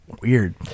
weird